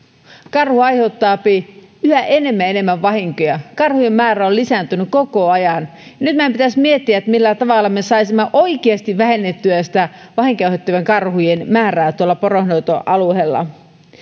karhu aiheuttaapi yhä enemmän ja enemmän vahinkoja karhujen määrä on lisääntynyt koko ajan ja nyt meidän pitäisi miettiä millä tavalla me saisimme oikeasti vähennettyä vahinkoja aiheuttavien karhujen määrää tuolla poronhoitoalueella